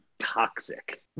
toxic